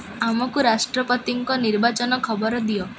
ଆମକୁ ରାଷ୍ଟ୍ରପତିଙ୍କ ନିର୍ବାଚନ ଖବର ଦିଅ